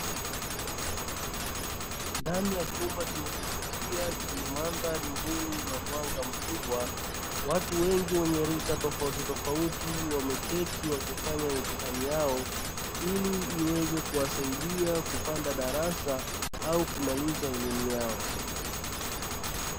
Ndani ya chumba chenye kuvutia chenye mandhari nzuri na mwanga mkubwa, watu wengi wenye rika tofautitofauti wameketi wakifanya mitihani yao. Ili iweze kuwasaidia kupanda darasa au kumaliza elimu yao.